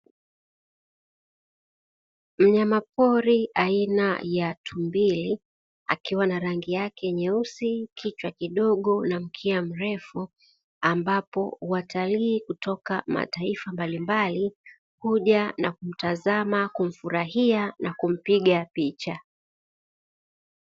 Mnyama pori aina ya tumbili akiwa na rangi yake nyeusi, kichwa kidogo na mkia mrefu, ambapo watalii kutoka mataifa mbalimbali huja na kutazama, kumfurahia na kumpiga picha.